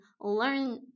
learn